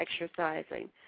exercising